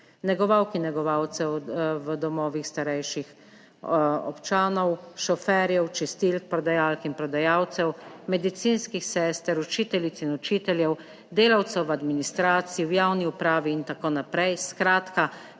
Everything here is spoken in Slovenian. negovalk in negovalcev v domovih starejših občanov, šoferjev, čistilk, prodajalk in prodajalcev, medicinskih sester, učiteljic in učiteljev, delavcev v administraciji, v javni upravi in tako naprej, skratka,